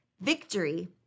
Victory